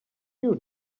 you